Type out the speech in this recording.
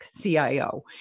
CIO